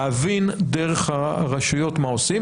להבין דרך הרשויות מה עושים.